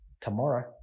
tomorrow